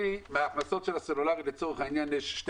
מן ההכנסות של הסלולרי לצורך העניין זה 2